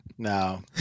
No